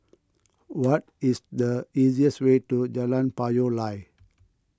what is the easiest way to Jalan Payoh Lai